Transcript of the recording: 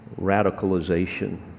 radicalization